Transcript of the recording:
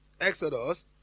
Exodus